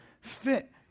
fit